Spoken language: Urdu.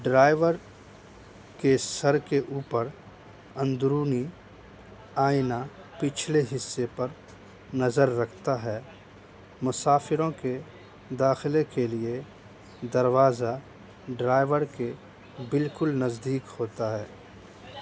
ڈرائیور کے سر کے اوپر اندرونی آئینہ پچھلے حصے پر نظر رکھتا ہے مسافروں کے داخلے کے لیے دروازہ ڈرائیور کے بالکل نزدیک ہوتا ہے